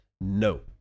No